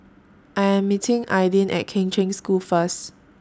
I Am meeting Aidyn At Kheng Cheng School First